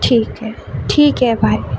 ٹھیک ہے ٹھیک ہے بھائی